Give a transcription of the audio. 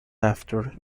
after